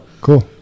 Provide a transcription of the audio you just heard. Cool